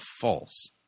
false